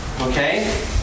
Okay